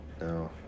No